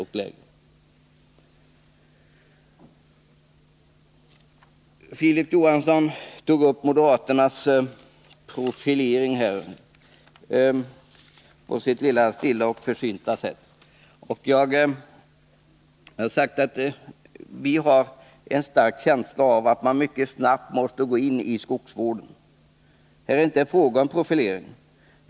Filip Johansson talade på sitt försynta sätt om moderaternas profilering i det här sammanhanget. Jag har sagt att vi har en stark känsla av att man mycket snabbt måste gå in i skogsvården. Här är det inte fråga om någon profilering.